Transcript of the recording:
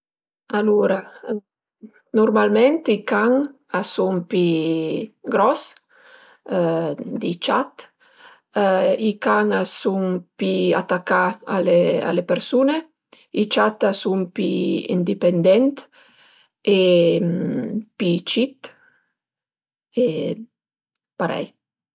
Alura, nurmalment i can a sun pi gros di ciat, i can a sun pi atacà a le persun-e, i ciat a sun pi indipendent e pi cit e parei